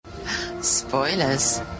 Spoilers